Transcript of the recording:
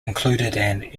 included